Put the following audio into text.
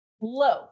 low